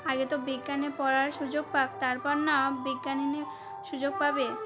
আগে তো বিজ্ঞান নিয়ে পড়ার সুযোগ পাক তার পর না বিজ্ঞানী সুযোগ পাবে